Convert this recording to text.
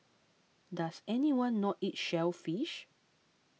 does anyone not eat shellfish